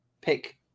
pick